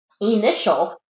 initial